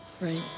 Right